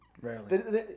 Rarely